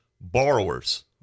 borrowers